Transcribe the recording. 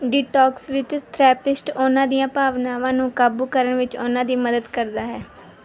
detox ਵਿੱਚ therapist ਉਹਨਾਂ ਦੀਆਂ ਭਾਵਨਾਵਾਂ ਨੂੰ ਕਾਬੂ ਕਰਨ ਵਿੱਚ ਉਹਨਾਂ ਦੀ ਮਦਦ ਕਰਦਾ ਹੈ